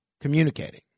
communicating